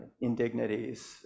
indignities